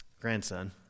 grandson